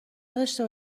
نداشته